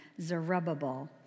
Zerubbabel